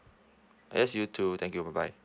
yes you too thank you bye bye